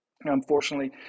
unfortunately